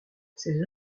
ses